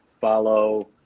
follow